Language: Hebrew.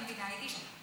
אני מבינה יידיש,